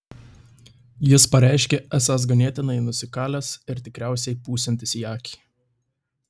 jis pareiškė esąs ganėtinai nusikalęs ir tikriausiai pūsiantis į akį